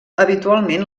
habitualment